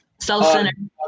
self-centered